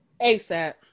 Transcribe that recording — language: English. asap